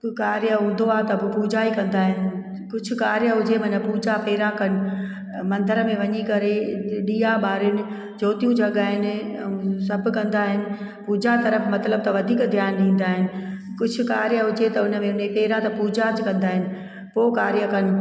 कार्य हूंदो आहे त पो पूजा ई कंदा आहिनि कुझु कार्य हुजे माना पूजा पहिरियों कनि मंदर में वञी करे ॾीया ॿारियनि ज्योतियूं जॻाइनि सभु कंदा आहिनि पूजा तर्फ़ु मतिलबु अथव वधीक ध्यानु ॾींदा आहिनि कुछ कार्य हुजे त उन में पहिरियों त पूजा कंदा आहिनि पोइ कार्य कनि